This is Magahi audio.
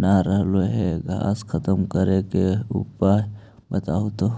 न रहले हे घास खत्म करें के उपाय बताहु तो?